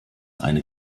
eine